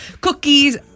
cookies